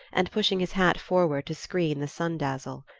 and pushing his hat forward to screen the sun-dazzle.